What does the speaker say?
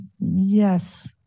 Yes